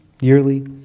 yearly